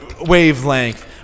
wavelength